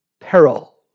peril